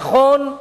נכון,